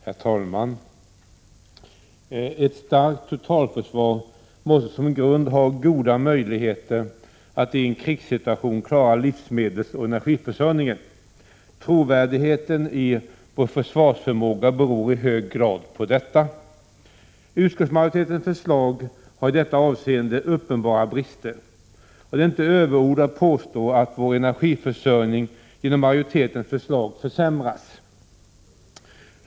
Herr talman! Ett starkt totalförsvar måste som grund ha goda möjligheter att i en krigssituation klara livsmedelsoch energiförsörjningen. Trovärdigheten i vår försvarsförmåga beror i hög grad på detta. Utskottsmajoritetens förslag har i detta avseende uppenbara brister, och det är inte överord att påstå att vår energiförsörjning genom majoritetens förslag försämras.